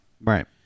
Right